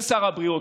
של שר הבריאות,